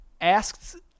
asked